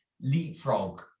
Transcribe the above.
LeapFrog